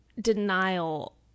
denial